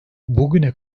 bugüne